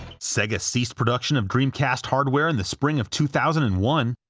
sega ceased production of dreamcast hardware in the spring of two thousand and one,